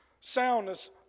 soundness